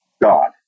God